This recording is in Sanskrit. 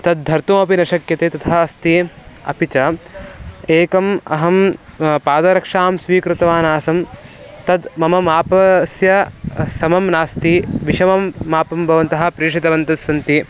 तद्धर्तुमपि न शक्यते तथा अस्ति अपि च एकम् अहं पादरक्षां स्वीकृतवान् आसम् तत् मम मापस्य समं नास्ति विषमं मापं भवन्तः प्रेषितवन्तस्सन्ति